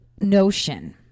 notion